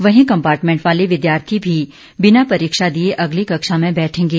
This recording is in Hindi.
वहीं कंपार्टमेंट वाले विद्यार्थी भी बिना परीक्षा दिए अगली कक्षा में बैठेंगे